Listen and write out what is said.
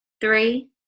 three